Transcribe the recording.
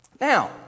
Now